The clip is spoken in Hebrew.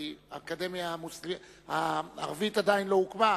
כי האקדמיה הערבית עדיין לא הוקמה,